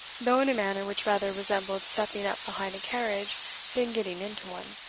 though in a manner which rather resembled stepping up behind a carriage than getting into one.